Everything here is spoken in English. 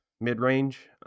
mid-range